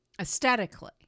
aesthetically